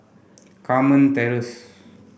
Carmen Terrace